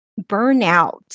burnout